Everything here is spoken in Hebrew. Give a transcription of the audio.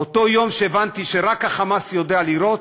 באותו יום שהבנתי שרק ה"חמאס" יודע לירות,